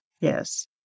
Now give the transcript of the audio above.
yes